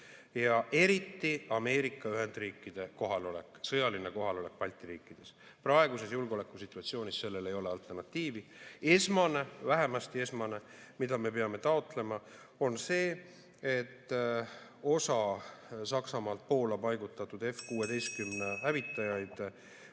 eriti Ameerika Ühendriikide kohalolek, sõjaline kohalolek Balti riikides. Praeguses julgeolekusituatsioonis ei ole sellele alternatiivi. Esmane, vähemasti esmane, mida me peame taotlema, on see, et osa Saksamaalt Poola paigutatud F‑16 hävitajaid